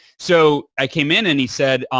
so, i came in and he said,